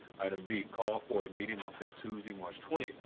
item b, call for a meeting that's at tuesday, march twenty,